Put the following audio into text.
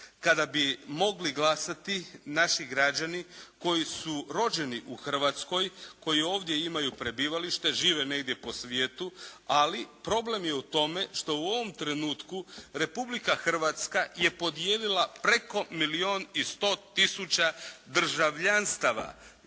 kada bi mogli glasati naši građani koji su rođeni u Hrvatskoj koji ovdje imaju prebivalište, žive negdje po svijetu, ali problem je u tome što u ovom trenutku Republika Hrvatska je podijelila preko milijun i sto tisuća državljanstava